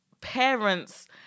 parents